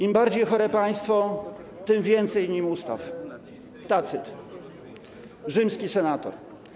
Im bardziej chore państwo, tym więcej w nim ustaw” - Tacyt, rzymski senator.